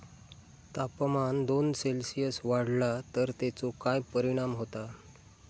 तापमान दोन सेल्सिअस वाढला तर तेचो काय परिणाम होता?